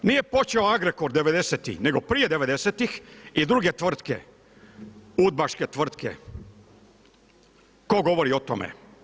Nije počeo Agrekor '90.-tih nego prije '90.-tih i druge tvrtke, udbaške tvrtke, tko govori o tome.